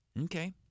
Okay